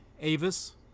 Avis